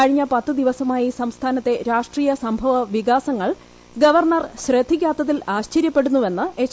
കഴിഞ്ഞ പത്തു ദിവസമായി സംസ്ഥാനത്തെ രാഷ്ട്രീയ സംഭവ വികാസങ്ങൾ ഗവർണർ ശ്രദ്ധിക്കാത്തതിൽ ആശ്ചര്യപ്പെടുന്നുവെന്ന് എച്ച്